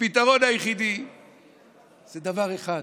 הפתרון היחידי זה דבר אחד: